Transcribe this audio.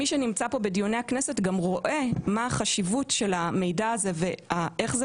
מי שנמצא פה בדיוני הכנסת גם רואה מה החשיבות של המידע הזה ואיך זה